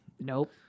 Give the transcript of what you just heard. nope